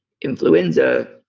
influenza